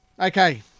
Okay